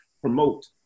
Promote